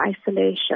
isolation